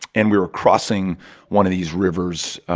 and we were crossing one of these rivers.